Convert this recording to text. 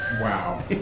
Wow